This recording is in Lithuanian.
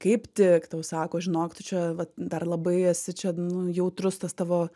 kaip tik tau sako žinok tu čia vat dar labai esi čia nu jautrus tas tavo